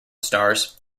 stars